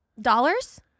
dollars